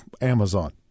Amazon